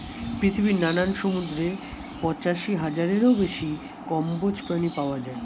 পৃথিবীর নানান সমুদ্রে পঁচাশি হাজারেরও বেশি কম্বোজ প্রাণী পাওয়া যায়